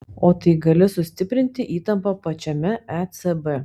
o tai gali sustiprinti įtampą pačiame ecb